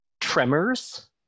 Tremors